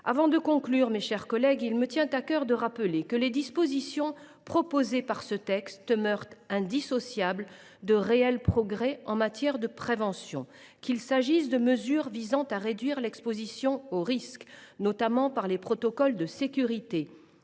Avant de conclure, il me tient à cœur de rappeler que les dispositions proposées au travers de ce texte demeurent indissociables de réels progrès en matière de prévention. Qu’il s’agisse de réduire l’exposition au risque, notamment par les protocoles de sécurité